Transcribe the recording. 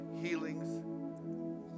healings